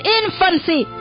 infancy